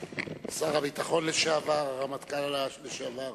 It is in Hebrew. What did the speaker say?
לשר הביטחון לשעבר, הרמטכ"ל לשעבר